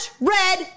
red